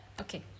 okay